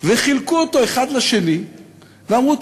וחילקו אותו אחד לשני ואמרו: